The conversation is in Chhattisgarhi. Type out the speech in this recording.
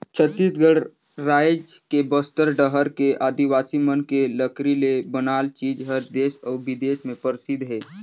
छत्तीसगढ़ रायज के बस्तर डहर के आदिवासी मन के लकरी ले बनाल चीज हर देस अउ बिदेस में परसिद्ध हे